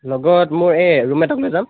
লগত মোৰ এই ৰুমমেটক লৈ যাম